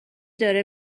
داره